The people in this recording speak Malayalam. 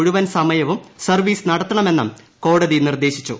മുഴുവൻ സമയവും സർവീസ് നടത്തണമെന്നും കോടതി നിർദ്ദേശിച്ചു